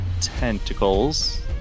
tentacles